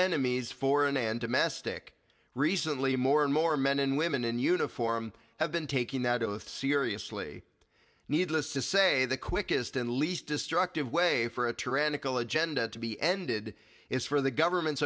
enemies foreign and domestic recently more and more men and women in uniform have been taking that oath seriously needless to say the quickest and least destructive way for a tyrannical agenda to be ended is for the government's